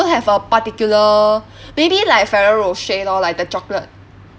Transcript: have a particular maybe like ferrero rocher lor like the chocolate